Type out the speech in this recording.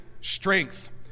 strength